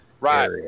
Right